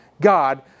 God